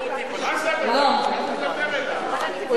איך הוא מדבר אליו?